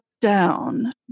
down